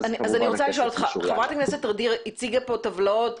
אז אני רוצה לשאול אותך חברת הכנסת ע'אדיר הציגה פה טבלאות